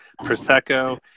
Prosecco